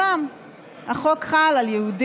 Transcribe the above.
החוק הוא שוויוני לכולם,